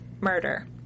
murder